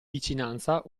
vicinanza